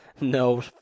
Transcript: no